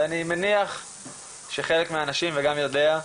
ואני מניח שחלק מהאנשים, וגם יודע,